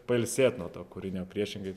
pailsėt nuo to kūrinio priešingai